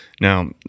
Now